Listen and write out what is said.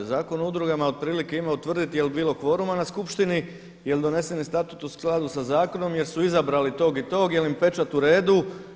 Zakon o udrugama otprilike ima utvrditi jel' bilo kvoruma na skupštini, jel' doneseni statut u skladu sa zakonom jel' su izabrali tog i tog, jel' im pečat u redu.